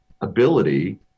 ability